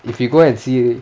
if you go and see